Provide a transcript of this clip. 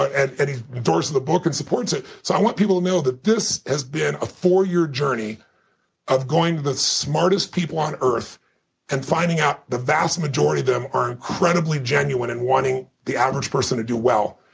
ah and and he's endorsing the book and supports it. so i want people to know that this has been a four-year journey of going to the smartest people on earth and finding out the vast majority are incredibly genuine in wanting the average person to do well.